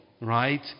right